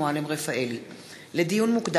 למניעת אלימות במשפחה (תיקון מס' 16)